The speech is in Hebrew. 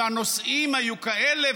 והנושאים היו כאלה,